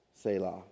Selah